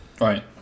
Right